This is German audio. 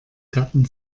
gatten